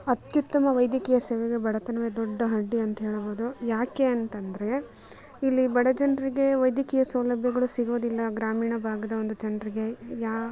ಅತ್ಯುತ್ತಮ ವೈದ್ಯಕೀಯ ಸೇವೆಗೆ ಬಡತನವೇ ದೊಡ್ಡ ಅಡ್ಡಿ ಅಂತೇಳಬೋದು ಯಾಕೆ ಅಂತಂದರೆ ಇಲ್ಲಿ ಬಡ ಜನರಿಗೆ ವೈದ್ಯಕೀಯ ಸೌಲಭ್ಯಗಳು ಸಿಗೋದಿಲ್ಲ ಗ್ರಾಮೀಣ ಭಾಗದ ಒಂದು ಜನರಿಗೆ ಯಾ